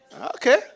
Okay